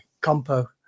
Compo